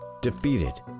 defeated